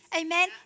Amen